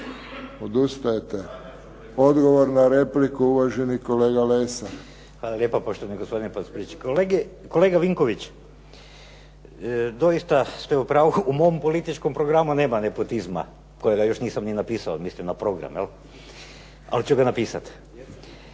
Odustajete. Odgovor na repliku, uvaženi kolega Lesar. **Lesar, Dragutin (Nezavisni)** Hvala lijepa poštovani gospodine potpredsjedniče. Kolega Vinković, doista se u pravu. U mom političkom programu nema nepotizma kojega još nisam ni napisao, mislim na program jel', al' ću ga napisat.